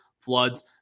floods